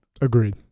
Agreed